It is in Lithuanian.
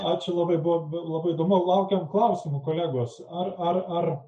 ačiū labai buvo be labai įdomu laukiam klausimų kolegos ar ar ar